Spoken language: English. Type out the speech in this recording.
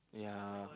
yeah